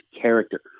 character